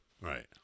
Right